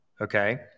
okay